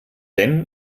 denn